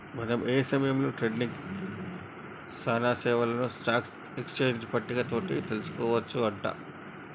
మనం ఏ సమయంలో ట్రేడింగ్ సానా సేవలను స్టాక్ ఎక్స్చేంజ్ పట్టిక తోటి తెలుసుకోవచ్చు అంట